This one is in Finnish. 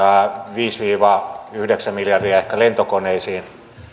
viisi viiva yhdeksän miljardia ehkä lentokoneisiin